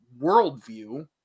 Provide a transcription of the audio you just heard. worldview